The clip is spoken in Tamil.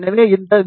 எனவே இந்த வி